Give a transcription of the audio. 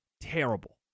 terrible